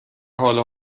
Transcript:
حال